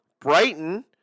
Brighton